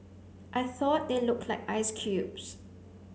I thought they looked like ice cubes